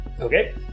Okay